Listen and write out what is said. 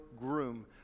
groom